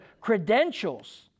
credentials